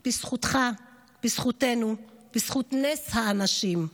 / בזכותך, / בזכותנו, / בזכות נס האנשים".